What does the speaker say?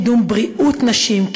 קידום בריאות נשים,